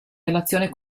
relazione